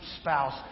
spouse